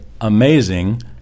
amazing